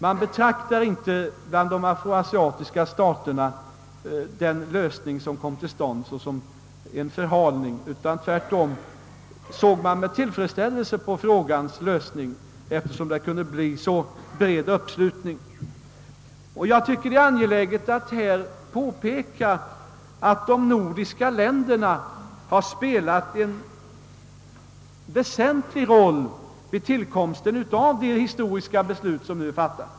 Man betraktar bland de afro-asiatiska staterna inte den lösning som kom till stånd såsom en förhalning, utan tvärtom såg man med tillfredsställelse på frågans lösning, eftersom det kunde bli så bred uppslutning. Jag tycker att det är angeläget att här påpeka att de nordiska länderna har spelat en väsentlig roll vid tillkomsten av det historiska beslut som nu är fattat.